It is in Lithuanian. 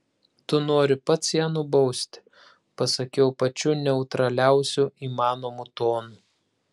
tu nori pats ją nubausti pasakiau pačiu neutraliausiu įmanomu tonu